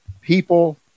people